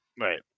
Right